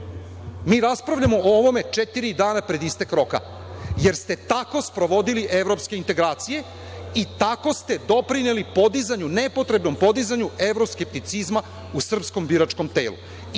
Mi raspravljamo o ovome četiri dana pred isteka roka, jer ste tako sprovodili evropske integracije i tako ste doprineli podizanju, nepotrebnom podizanju evroskepticizma u srpskom biračkom telu.